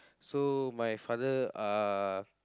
so my father uh